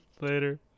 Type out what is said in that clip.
Later